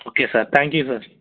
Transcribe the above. okay sir thank you sir